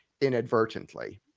inadvertently